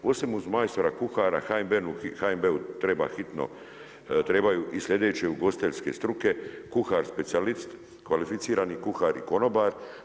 Posebno uz majstora kuhara HNB-u treba hitno, trebaju i sljedeće ugostiteljske struke kuhar specijalist, kvalificiran kuhar i konobar.